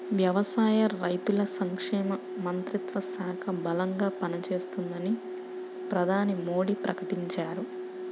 వ్యవసాయ, రైతుల సంక్షేమ మంత్రిత్వ శాఖ బలంగా పనిచేస్తుందని ప్రధాని మోడీ ప్రకటించారు